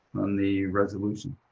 on the resolution?